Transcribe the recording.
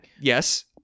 Yes